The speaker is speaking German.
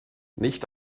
nicht